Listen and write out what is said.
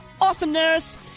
awesomeness